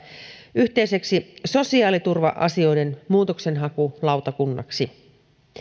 yhteiseksi sosiaaliturva asioiden muutoksenhakulautakunnaksi